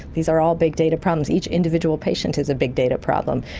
these are all big data problems, each individual patient is a big data problem.